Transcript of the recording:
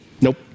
Nope